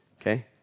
okay